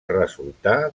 resultar